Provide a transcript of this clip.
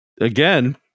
again